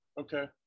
Okay